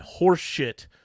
horseshit